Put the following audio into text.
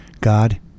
God